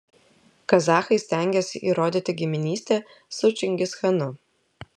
kazachai stengiasi įrodyti giminystę su čingischanu